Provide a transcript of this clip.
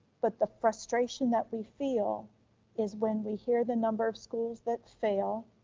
but the frustration that we feel is when we hear the number of schools that fail.